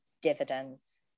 dividends